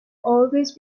always